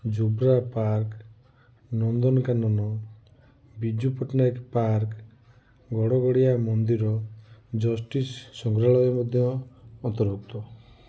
Jobra park Nandankanan Biju Patnaik park Gadgadia ମନ୍ଦିର justice ସଂଗ୍ରାଳୟ ମଧ୍ୟ ଅନ୍ତର୍ଭୁକ୍ତ